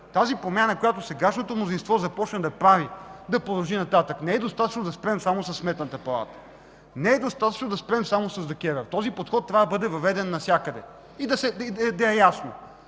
Тази промяна, която сегашното мнозинство започна да прави, да продължи нататък. Не е достатъчно да спрем само със Сметната палата. Не е достатъчно да спрем само с ДКЕВР. Този подход трябва да бъде въведен навсякъде и да е ясно